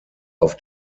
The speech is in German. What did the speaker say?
auf